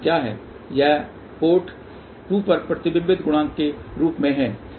तो यह पोर्ट 2 पर प्रतिबिंब गुणांक के रूप में है